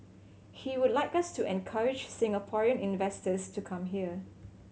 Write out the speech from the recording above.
he would like us to encourage Singaporean investors to come here